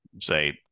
say